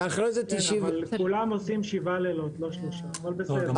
כן אבל כולם עושים שבעה לילות, לא שלושה אבל בסדר.